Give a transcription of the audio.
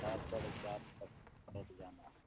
چار ساڑھے چار تک لوٹ جانا ہے